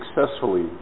successfully